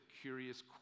curious